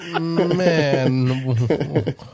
Man